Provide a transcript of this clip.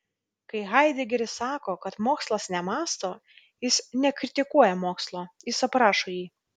kai haidegeris sako kad mokslas nemąsto jis nekritikuoja mokslo jis aprašo jį